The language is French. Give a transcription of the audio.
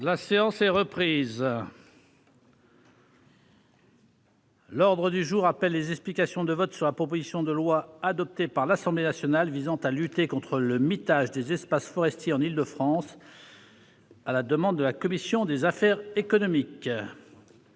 La séance est reprise. L'ordre du jour appelle les explications de vote sur la proposition de loi, adoptée par l'Assemblée nationale, visant à lutter contre le mitage des espaces forestiers en Île-de-France (proposition n° 159, texte de la commission